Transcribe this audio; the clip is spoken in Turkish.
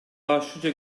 başlıca